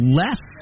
less